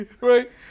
right